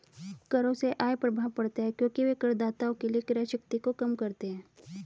करों से आय प्रभाव पड़ता है क्योंकि वे करदाताओं के लिए क्रय शक्ति को कम करते हैं